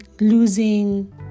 losing